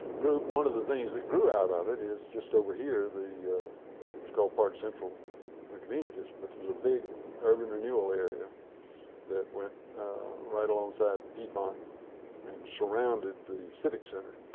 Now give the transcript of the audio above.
group. one of the things that grew out of it is just over here the what's called park central communities, but there's a big urban renewal area that went right alongside piedmont and surrounded the civic center.